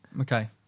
okay